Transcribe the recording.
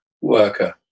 worker